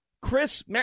Chris